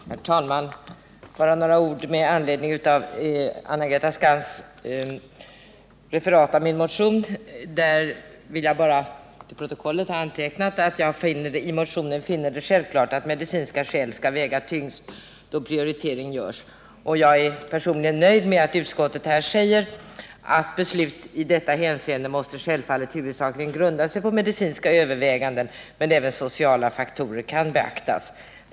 Herr talman! Först bara några ord med anledning av Anna-Greta Skantz referat av min motion. Där vill jag bara till protokollet få antecknat att jag i motionen finner det självklart att medicinska skäl skall väga tyngst då prioritering görs. Jag är personligen nöjd med att utskottet säger: ”Beslut i detta hänseende måste självfallet huvudsakligen grunda sig på medicinska överväganden men även sociala faktorer kan beaktas.